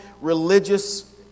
religious